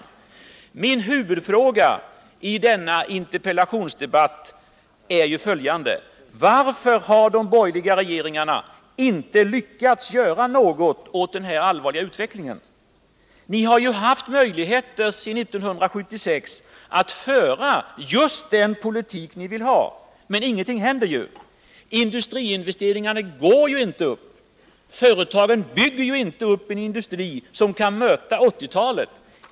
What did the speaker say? att stimulera industrins investeringar Min fråga i denna interpellationsdebatt är följande: Varför har de borgerliga regeringarna inte lyckats göra något åt den här allvarliga utvecklingen? Ni har ju haft möjligheter sedan 1976 att föra just den politik ni vill ha, men ingenting händer! Industriinvesteringarna går ju inte upp. Företagen bygger inte upp en industri som kan möta 1980-talet.